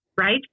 right